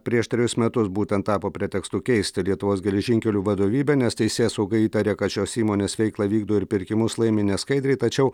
prieš trejus metus būtent tapo pretekstu keisti lietuvos geležinkelių vadovybę nes teisėsauga įtaria kad šios įmonės veiklą vykdo ir pirkimus laimi neskaidriai tačiau